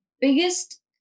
biggest